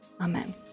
Amen